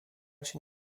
się